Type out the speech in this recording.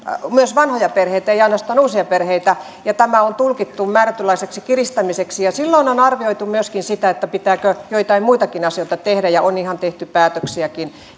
myös vanhoja perheitä eivät ainoastaan uusia perheitä ja tämä on tulkittu määrätynlaiseksi kiristämiseksi silloin on arvioitu myöskin pitääkö joitain muitakin asioita tehdä ja on ihan tehty päätöksiäkin